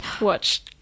watch